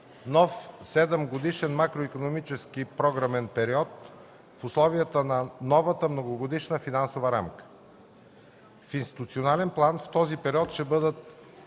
нов 7-годишен макроикономически програмен период в условията на новата многогодишна финансова рамка. В институционален план в този период ще бъдат